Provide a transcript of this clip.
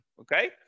Okay